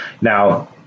Now